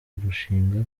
kurushinga